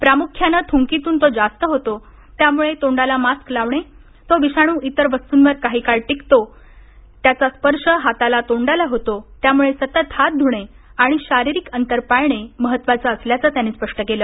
प्रामुख्यानं थुंकीतून तो जास्त होतो त्यामुळे तोंडाला मास्क लावणे तो विषाणू इतर वस्तुवर काही काळ टिकतो त्याचा स्पर्श हाताला तोंडाला होतो त्यामुळे सतत हाथ धुणे आणि शारिरिक अंतर पाळणे महत्वाच असल्याचं त्यांनी स्पष्ट केलं